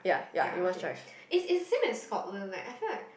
ya okay is is the same as Scotland like I feel like